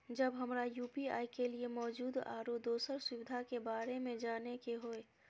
जब हमरा यू.पी.आई के लिये मौजूद आरो दोसर सुविधा के बारे में जाने के होय?